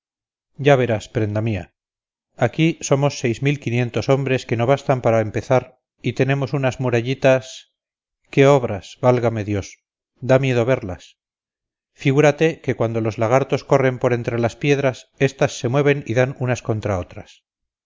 ya verás prenda mía aquí somos seis mil quinientos hombres que no bastan para empezar y tenemos unas murallitas qué obras válgame dios da miedo verlas figúrate que cuando los lagartos corren por entre las piedras estas se mueven y dan unas contra otras